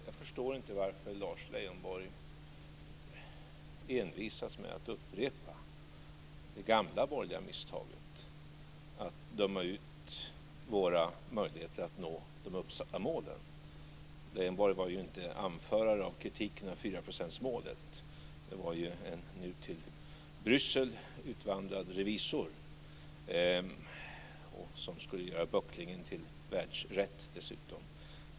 Fru talman! Jag förstår inte varför Lars Leijonborg envisas med att upprepa det gamla borgerliga misstaget att döma ut våra möjligheter att nå uppsatta mål. Leijonborg var ju inte anförare av kritiken när det gäller 4-procentsmålet utan det var ju en nu till Bryssel utvandrad revisor, som dessutom skulle göra böcklingen till världsrätt.